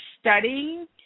studying